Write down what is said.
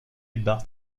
bart